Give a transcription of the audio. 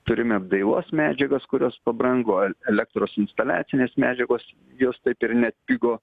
turime apdailos medžiagas kurios pabrango elektros instaliacinės medžiagos jos taip ir neatpigo